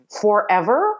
forever